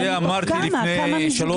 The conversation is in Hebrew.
את זה אמרתי בדיונים לפני כן.